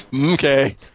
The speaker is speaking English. Okay